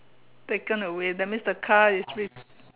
taken away that means the car is